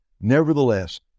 Nevertheless